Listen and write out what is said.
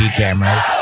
cameras